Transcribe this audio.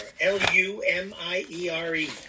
L-U-M-I-E-R-E